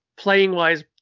playing-wise